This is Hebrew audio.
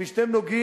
כפי שאתם נוגעים,